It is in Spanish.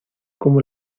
como